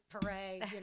parade